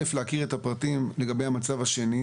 אם כן, ראשית, להכיר את הפרטים לגבי המצב השני.